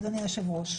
אדוני היושב-ראש,